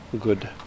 good